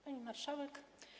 Pani Marszałek!